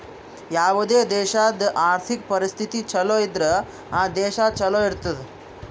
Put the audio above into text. ಯಾವುದೇ ದೇಶಾದು ಆರ್ಥಿಕ್ ಪರಿಸ್ಥಿತಿ ಛಲೋ ಇದ್ದುರ್ ಆ ದೇಶಾ ಛಲೋ ಇರ್ತುದ್